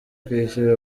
kwishyura